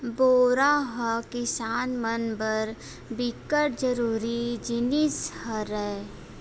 बोरा ह किसान मन बर बिकट जरूरी जिनिस हरय